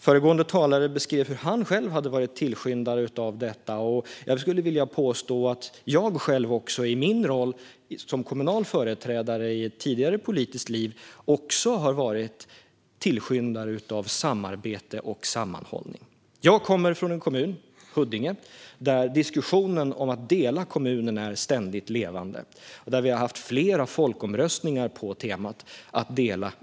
Föregående talare beskrev hur han själv varit tillskyndare av detta, och jag skulle vilja påstå att jag också i min roll som kommunal företrädare i ett tidigare politiskt liv har varit tillskyndare av samarbete och sammanhållning. Jag kommer från en kommun, Huddinge, där diskussionen om att dela kommunen är ständigt levande och där vi har haft flera folkomröstningar på temat.